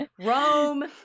rome